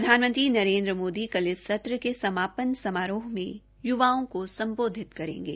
प्रधानमंत्री नरेन्द्र मोदी कल इस सत्र के समापन समारोह में य्वाओं को सम्बोधित करेंगे